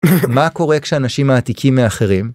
מה קורה כשאנשים מעתיקים מאחרים.